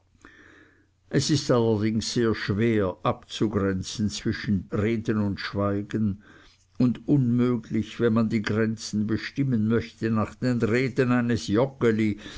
es ist allerdings sehr schwer abzugrenzen zwischen reden und schweigen und unmöglich wenn man die grenze bestimmen möchte nach den reden eines